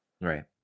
Right